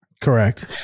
Correct